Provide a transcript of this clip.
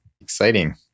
exciting